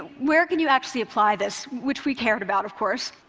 where can you actually apply this? which we cared about, of course.